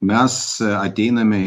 mes a ateiname